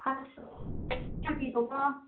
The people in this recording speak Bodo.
पास फानबाय दं